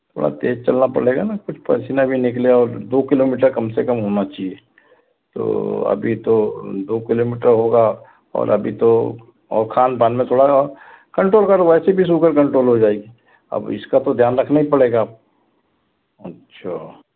थोड़ा तेज चलना पड़ेगा ना कुछ पसीना भी निकले और दो किलोमीटर कम से कम होना चाहिए तो अभी तो दो किलोमीटर होगा और अभी तो और खान पान में थोड़ा कंट्रोल करो वैसे भी शुगर कंट्रोल हो जायेगी अब इसका तो ध्यान रखना ही पड़ेगा अब अच्छा